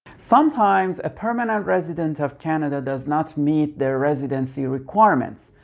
sometimes a permanent resident of canada does not meet their residency requirements.